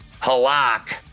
Halak